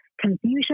confusion